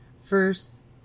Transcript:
first